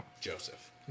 Joseph